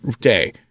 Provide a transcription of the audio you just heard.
day